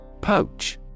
Poach